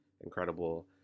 incredible